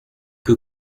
que